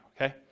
okay